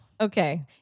Okay